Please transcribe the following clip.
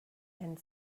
and